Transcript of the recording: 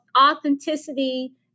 authenticity